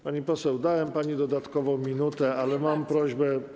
Pani poseł, dałem pani dodatkowo minutę, ale mam prośbę.